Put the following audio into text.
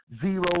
zero